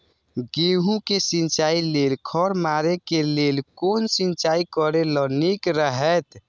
गेहूँ के सिंचाई लेल खर मारे के लेल कोन सिंचाई करे ल नीक रहैत?